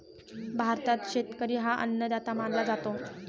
भारतात शेतकरी हा अन्नदाता मानला जातो